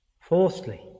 Fourthly